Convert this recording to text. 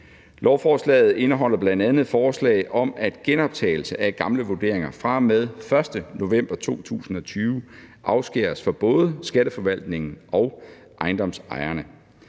Lovforslaget indeholder bl.a. forslag om, at genoptagelse af gamle vurderinger fra og med den 1. november 2020 afskæres fra både skatteforvaltningen og ejendomsejerne.